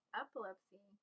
epilepsy